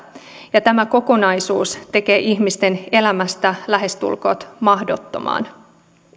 ja tämä kokonaisuus tekee ihmisten elämästä lähestulkoon mahdottoman